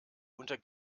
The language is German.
unter